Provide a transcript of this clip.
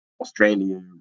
Australia